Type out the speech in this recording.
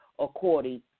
according